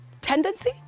tendency